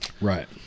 Right